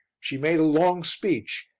she made a long speech,